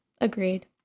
Agreed